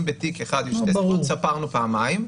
אם בתיק אחד יש שתי סיבות ספרנו פעמיים.